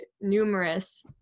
numerous